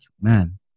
man